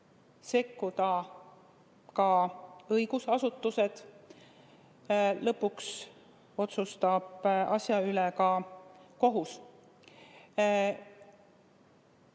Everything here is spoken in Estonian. sekkuda ka õigusasutused. Lõpuks otsustab asja üle ka kohus. See,